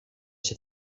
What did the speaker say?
się